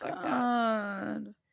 god